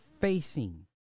facing